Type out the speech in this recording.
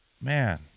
Man